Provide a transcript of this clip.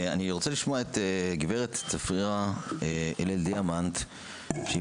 אני רוצה לשמוע את גב' צפרירה הלל דיאמנט שהיא